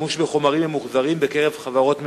שימוש בחומרים ממוחזרים בפרויקטים של חברות ממשלתיות.